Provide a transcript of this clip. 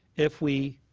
if we